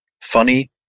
funny